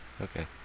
Okay